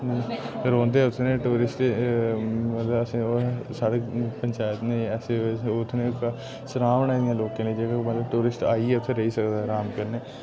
रौह्ंदे उ'त्थें ते टूरिस्ट मतलब उ'त्थें ओह् हे साढ़ी पंचायत ने मतलब उ'त्थें सलाह् बनाई लोकें जेह्ड़े मतलब टूरिस्ट आइयै उ'त्थें रेही सकदे आराम कन्नै